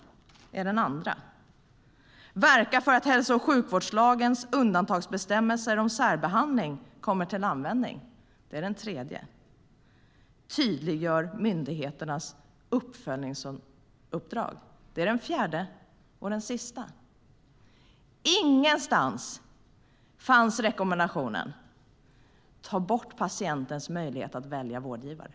Det är den andra. Man ska verka för att hälso och sjukvårdslagens undantagsbestämmelser om särbehandling kommer till användning. Det är den tredje. Tydliggör myndigheternas uppföljningsuppdrag! Det är den fjärde och sista. Ingenstans fanns rekommendationen: Ta bort patientens möjlighet att välja vårdgivare!